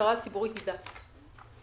המטרה הציבורית היא דת.